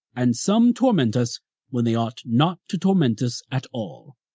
and some torment us when they ought not to torment us at all.